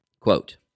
Quote